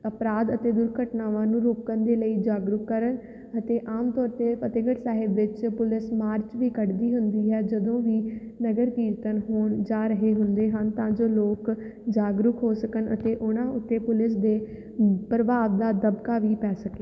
ਅਪਰਾਧ ਅਤੇ ਦੁਰਘਟਨਾਵਾਂ ਨੂੰ ਰੋਕਣ ਦੇ ਲਈ ਜਾਗਰੂਕ ਕਰਨ ਅਤੇ ਆਮ ਤੌਰ 'ਤੇ ਫਤਿਹਗੜ੍ਹ ਸਾਹਿਬ ਵਿੱਚ ਪੁਲਿਸ ਮਾਰਚ ਵੀ ਕੱਢਦੀ ਹੁੰਦੀ ਹੈ ਜਦੋਂ ਵੀ ਨਗਰ ਕੀਰਤਨ ਹੋਣ ਜਾ ਰਹੇ ਹੁੰਦੇ ਹਨ ਤਾਂ ਜੋ ਲੋਕ ਜਾਗਰੂਕ ਹੋ ਸਕਣ ਅਤੇ ਉਹਨਾਂ ਉੱਤੇ ਪੁਲਿਸ ਦੇ ਪ੍ਰਭਾਵ ਦਾ ਦਬਕਾ ਵੀ ਪੈ ਸਕੇ